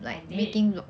I did